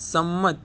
સંમત